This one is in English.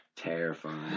terrifying